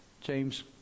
James